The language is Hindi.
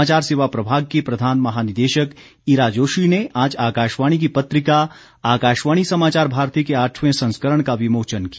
समाचार सेवा प्रभाग की प्रधान महानिदेशक ईरा जोशी ने आज आकाशवाणी की पत्रिका आकाशवाणी समाचार भारती के आठवें संस्करण का विमोचन किया